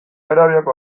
arabiako